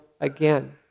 again